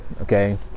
okay